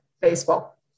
baseball